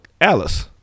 alice